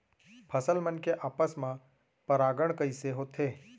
फसल मन के आपस मा परागण कइसे होथे?